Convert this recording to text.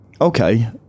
okay